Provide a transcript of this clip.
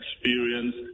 experience